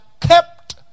kept